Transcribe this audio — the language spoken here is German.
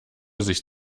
sich